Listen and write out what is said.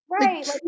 Right